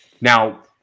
Now